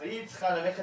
אז היא צריכה ללכת